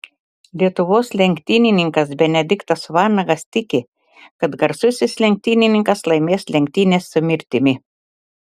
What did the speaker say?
lietuvos lenktynininkas benediktas vanagas tiki kad garsusis lenktynininkas laimės lenktynes su mirtimi